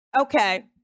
Okay